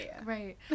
Right